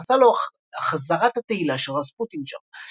ויוחסה לו החזרת התהילה של רספוטין שם.